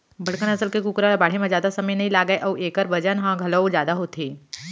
बड़का नसल के कुकरा ल बाढ़े म जादा समे नइ लागय अउ एकर बजन ह घलौ जादा होथे